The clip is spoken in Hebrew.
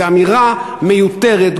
זו אמירה מיותרת,